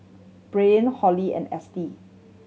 Brian Holly and Estie